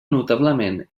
notablement